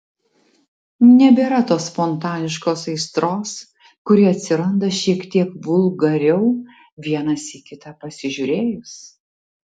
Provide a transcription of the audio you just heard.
nebėra tos spontaniškos aistros kuri atsiranda šiek tiek vulgariau vienas į kitą pasižiūrėjus